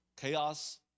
Chaos